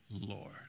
Lord